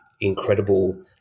incredible